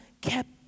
kept